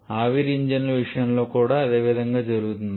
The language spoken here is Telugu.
ఆవిరి ఇంజిన్ల విషయంలో కూడా అదే విధంగా జరుగుతుంది